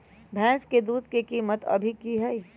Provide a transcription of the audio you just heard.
भैंस के दूध के कीमत अभी की हई?